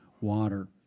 water